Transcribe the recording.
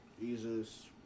Jesus